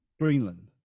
greenland